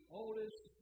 oldest